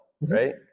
Right